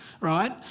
right